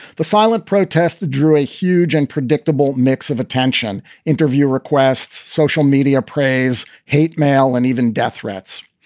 the silent protest drew a huge and predictable mix of attention interview requests, social media praise, hate mail and even death threats.